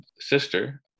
sister